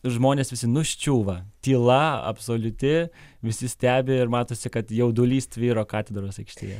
žmonės visi nuščiūva tyla absoliuti visi stebi ir matosi kad jaudulys tvyro katedros aikštėje